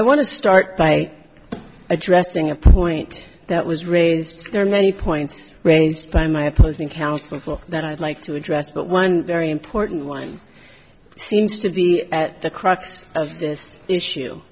i want to start by addressing a point that was raised there are many points raised by my opposing counsel for that i'd like to address but one very important one seems to be at the crux of this issue